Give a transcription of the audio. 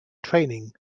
training